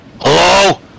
HELLO